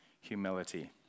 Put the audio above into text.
humility